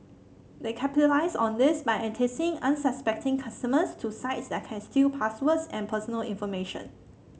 they capitalise on this by enticing unsuspecting consumers to sites that can steal passwords and personal information